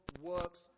works